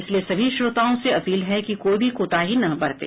इसलिए सभी श्रोताओं से अपील है कि कोई भी कोताही न बरतें